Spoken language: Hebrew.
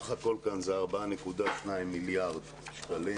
סך הכול יש כאן 4.2 מיליארד שקלים.